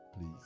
please